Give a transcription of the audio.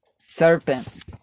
serpent